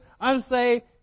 unsaved